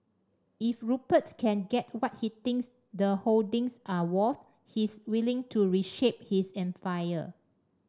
if Rupert can get what he thinks the holdings are worth he's willing to reshape his empire